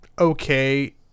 okay